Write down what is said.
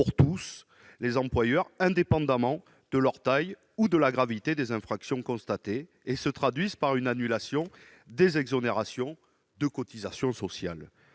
tous les employeurs, indépendamment de la taille de l'entreprise ou de la gravité des infractions constatées, se traduisent par une annulation des exonérations de cotisations sociales.